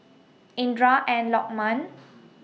Indra and Lokman